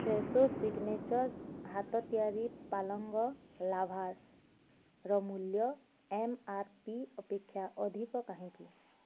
Fresho signature ହାତ ତିଆରି ପାଳଙ୍ଗ ଲାଭାଶ୍ର ମୂଲ୍ୟ ଏମ୍ ଆର୍ ପି ଅପେକ୍ଷା ଅଧିକ କାହିଁକି